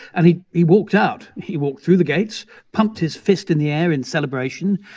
and he he walked out. he walked through the gates, pumped his fist in the air in celebration.